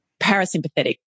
parasympathetic